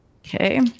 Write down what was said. Okay